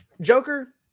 Joker